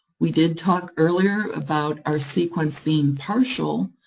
we did talk earlier about our sequence being partial,